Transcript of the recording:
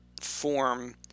form